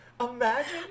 Imagine